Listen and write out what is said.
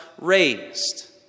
raised